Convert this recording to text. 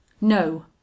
No